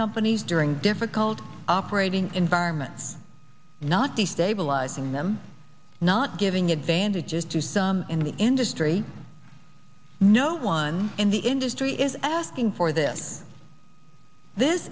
companies during difficult operating environments not destabilizing them not giving advantages to some in the industry no one in the industry is asking for them this